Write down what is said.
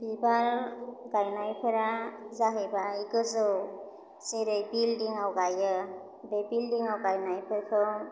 बिबार गायनायफोरा जाहैबाय गोजौ जेरै बिल्डिंआव गायो बे बिल्डिंआव गायनायफोरखौ